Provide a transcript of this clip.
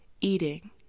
eating